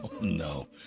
No